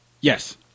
Yes